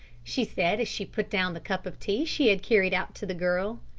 she said as she put down the cup of tea she had carried out to the girl.